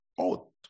out